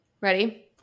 Ready